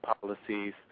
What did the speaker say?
policies